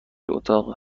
اتاق